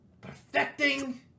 Perfecting